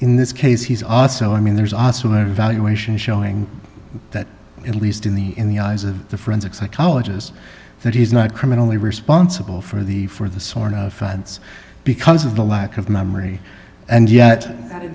in this case he's also i mean there's also an evaluation showing that at least in the in the eyes of the forensic psychologist that he's not criminally responsible for the for the source of funds because of the lack of memory and yet